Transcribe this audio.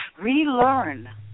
relearn